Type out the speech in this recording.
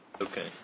Okay